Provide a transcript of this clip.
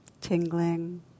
Tingling